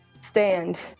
stand